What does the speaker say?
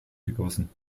gegossen